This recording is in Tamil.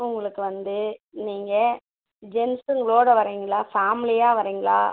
ஸோ உங்களுக்கு வந்து நீங்கள் ஜென்ஸுங்களோட வரீங்களா ஃபேமிலியாக வரீங்களா